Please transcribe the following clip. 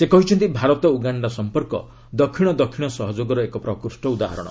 ସେ କହିଛନ୍ତି ଭାରତ ଉଗାଣ୍ଡା ସମ୍ପର୍କ ଦକ୍ଷିଣ ଦକ୍ଷିଣ ସହଯୋଗର ଏକ ପ୍ରକୃଷ୍ଟ ଉଦାହରଣ